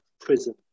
prison